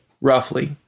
roughly